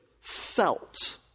felt